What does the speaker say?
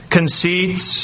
Conceits